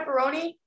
pepperoni